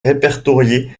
répertorié